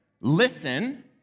listen